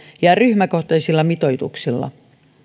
ja ryhmäkohtaisilla mitoituksilla